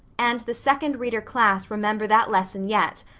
and the second reader class remember that lesson yet,